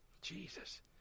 Jesus